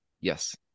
Yes